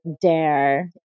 dare